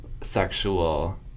sexual